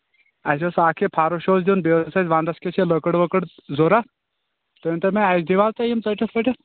اَسہِ اوس اکھ یہِ فَرُش اوس دیُن بیٚیہِ اوس اسہِ وَنٛدَس کِتُتھ یہِ لٔکٕر ؤکٕر ضروٗرت تُہۍ ؤنۍتو مےٚ اَسہِ دیٖوا تُہۍ یِم ژَٹِتھ ؤٹِتھ